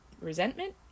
resentment